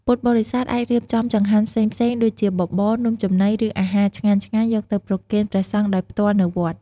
ពុទ្ធបរិស័ទអាចរៀបចំចង្ហាន់ផ្សេងៗដូចជាបបរ នំចំណី ឬអាហារឆ្ងាញ់ៗយកទៅប្រគេនព្រះសង្ឃដោយផ្ទាល់នៅវត្ត។